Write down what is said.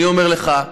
אני אומר לך,